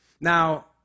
Now